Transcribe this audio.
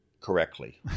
correctly